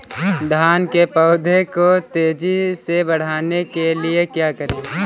धान के पौधे को तेजी से बढ़ाने के लिए क्या करें?